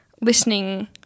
listening